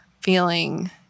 feeling